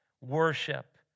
worship